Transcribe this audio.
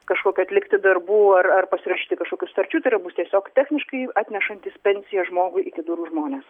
kažkokių atlikti darbų ar ar pasirašyti kažkokių sutarčių tai yra bus tiesiog techniškai atnešantys pensiją žmogui iki durų žmonės